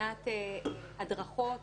מבחינת הדרכות